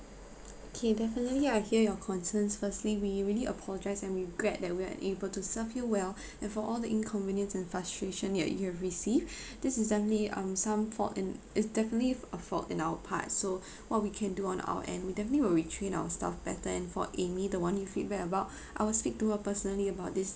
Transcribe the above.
K definitely I hear your concerns firstly we really apologise and we regret that we are unable to serve you well and for all the inconvenience and frustration that you have received this is definitely um some fault in it's definitely f~ a fault in our part so what we can do on our end we definitely will retrain our staff better and for amy the one you feedback about I will speak to her personally about this